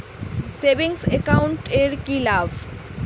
Savings account এর কি লাভ?